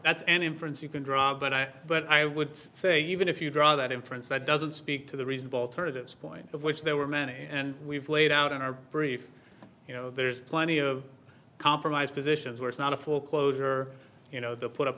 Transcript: that's an inference you can draw but i but i would say even if you draw that inference that doesn't speak to the reasonable alternatives point of which there were many and we've laid out in our brief you know there's plenty of compromise positions where it's not a full closure you know the put up